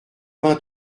vingt